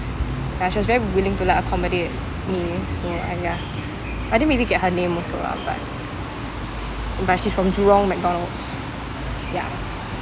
like she was very willing to like accommodate me so !aiya! I didn't really get her name also lah but but she's from jurong mcdonald's ya